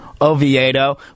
Oviedo